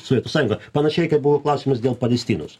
sovietų sąjunga panašiai buvo klausimas dėl palestinos